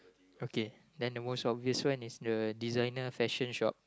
okay then the most of this one is the designer fashion shop